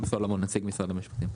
רון סלומון נציג משרד המשפטים.